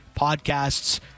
podcasts